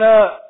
up